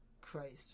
Christ